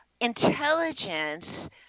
intelligence